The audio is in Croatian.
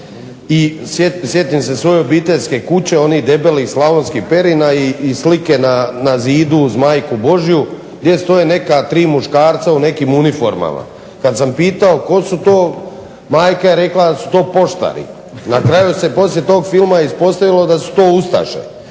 i sjetim se svoje obiteljske kuće, onih debelih slavonskih perina i slike na zidu uz Majku Božju gdje stoje neka tri muškarca u nekim uniformama. Kada sam pitao tko su to, majka je rekla da su to poštari. Na kraju se poslije toga filma ispostavilo da su to ustaše.